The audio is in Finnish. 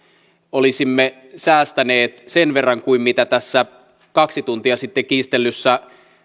olisimme säästäneet sen verran kuin mitä tässä kaksi tuntia sitten kiistellyssä